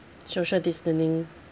social distancing